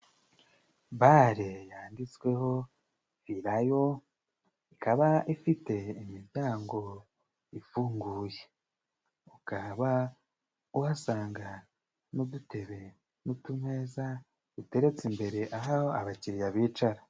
Bare yanditsweho vilayo ikaba ifite imiryango ifunguye. Ukaba uhasanga n'udutebe n'utumeza duteretse imbere aho abakiriya bicara.